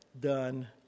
done